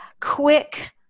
quick